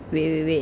wait wait wait